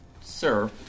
Sir